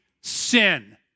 sin